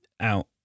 out